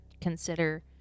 consider